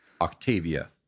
Octavia